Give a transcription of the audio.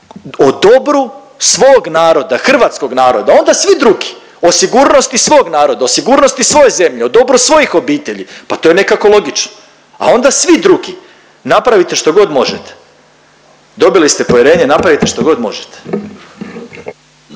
o dobru svog naroda, hrvatskog naroda onda svi drugi, o sigurnosti svog naroda, o sigurnosti svoje zemlje, o dobru svojih obitelji, pa to je nekako logično, a onda svi drugi. Napravite što god možete, dobili ste povjerenje, napravite što god možete.